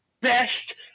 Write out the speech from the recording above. best